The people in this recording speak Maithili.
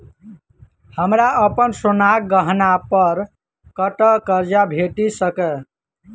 हमरा अप्पन सोनाक गहना पड़ कतऽ करजा भेटि सकैये?